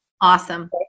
Awesome